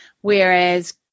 Whereas